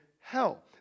hell